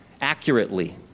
accurately